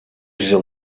жыл